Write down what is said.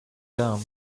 gum